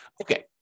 Okay